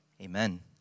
Amen